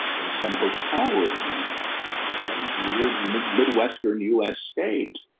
in some hotel room and um we're mid, mid western u s states.